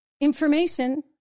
information